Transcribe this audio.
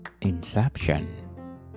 Inception